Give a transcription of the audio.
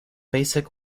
basic